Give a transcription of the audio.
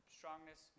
strongness